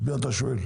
את מי אתה שואל?